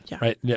right